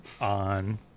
on